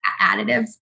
additives